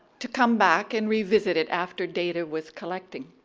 to come back and revisit it after data was collected.